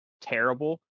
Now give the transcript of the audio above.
terrible